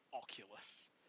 Oculus